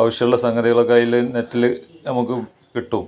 ആവശ്യമുള്ള സംഗതികളൊക്കെ അതില് നെറ്റില് നമുക്ക് കിട്ടും